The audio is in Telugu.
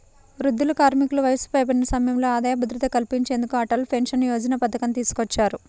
వృద్ధులు, కార్మికులకు వయసు పైబడిన సమయంలో ఆదాయ భద్రత కల్పించేందుకు అటల్ పెన్షన్ యోజన పథకాన్ని తీసుకొచ్చారు